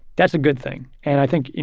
that's a good thing. and i think, you